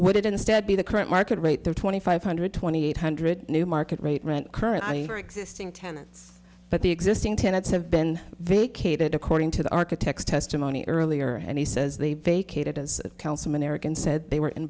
would it instead be the current market rate there twenty five hundred twenty eight hundred new market rate rent currently existing tenants but the existing tenants have been vacated according to the architect's testimony earlier and he says they